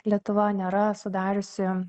lietuva nėra sudariusi